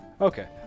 Okay